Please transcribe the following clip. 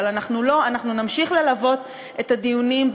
אבל אנחנו נמשיך ללוות את הדיונים,